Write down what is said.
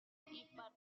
participa